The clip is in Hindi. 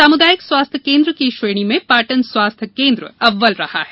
सामुदायिक स्वास्थ्य केंद्र की श्रेणी में पाटन स्वास्थ्य केंद्र अव्वल रहा है